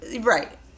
Right